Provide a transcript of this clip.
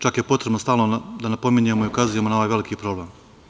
Čak je potrebno stalno da napominjemo i ukazujemo na ovaj veliki problem.